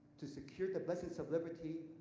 to secure the blessings of liberty,